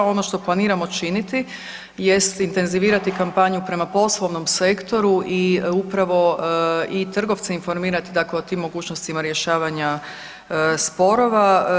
Ono što planiramo činiti jest intenzivirati kampanju prema poslovnom sektoru i upravo i trgovce informirati dakle o tim mogućnostima rješavanja sporova.